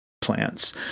plants